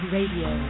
Radio